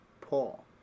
Paul